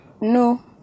no